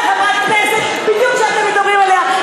חברת כנסת בדיוק שאתם מדברים עליה,